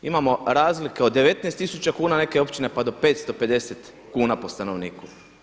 Imamo razlike od 19 tisuća kuna neke općine pa do 550 kuna po stanovniku.